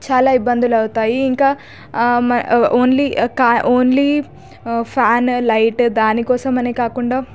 చాలా ఇబ్బందులవుతాయి ఇంకా ఓన్లీ ఓన్లీ ఫ్యాన్ లైట్ దాని కోసమనే కాకుండా